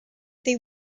they